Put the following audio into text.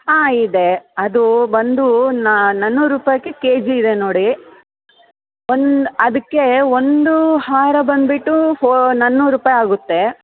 ಹಾಂ ಇದೆ ಅದು ಬಂದು ನಾನ್ನೂರು ರೂಪಾಯ್ಗೆ ಕೆಜಿ ಇದೆ ನೋಡಿ ಒಂದು ಅದಕ್ಕೆ ಒಂದು ಹಾರ ಬಂದುಬಿಟ್ಟು ಫೋ ನಾನ್ನೂರು ರೂಪಾಯಿ ಆಗುತ್ತೆ